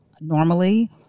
normally